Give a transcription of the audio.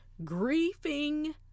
Grieving